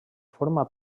forma